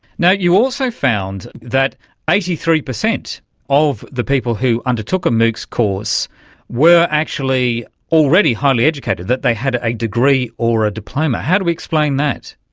you also found that eighty three percent of the people who undertook a moocs course were actually already highly educated, that they had a degree or a diploma. how do we explain that?